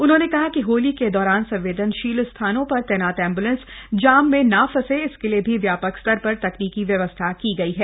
उन्होंने कहा कि होली के दौरान संवेदनशील स्थानों पर तैनात एम्ब्लेंस जाम में न फंसे इसके लिए भी व्यापक स्तर पर तकनीकी व्यवस्था की गयी है